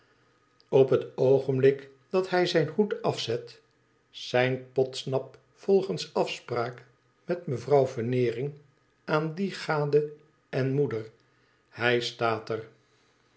op het oogenblik dat hij zijn hoed afzet seint podsnap volgens afspraak met mevrouw veneering aan die gade en moeder hij staat er